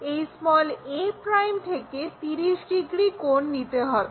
এই a' থেকে 30 degree কোণ নিতে হবে